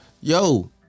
yo